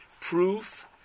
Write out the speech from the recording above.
Proof